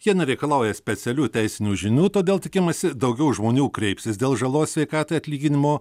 jie reikalauja specialių teisinių žinių todėl tikimasi daugiau žmonių kreipsis dėl žalos sveikatai atlyginimo